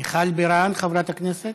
מיכל בירן, חברת הכנסת.